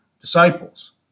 disciples